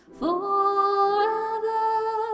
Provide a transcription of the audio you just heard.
forever